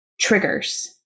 Triggers